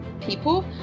people